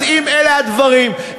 אז אם אלה הדברים,